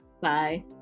bye